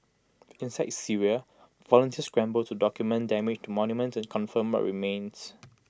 inside Syria volunteers scramble to document damage to monuments and confirm what remains